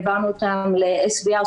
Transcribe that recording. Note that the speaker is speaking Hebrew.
העברנו אותם ל-SVR,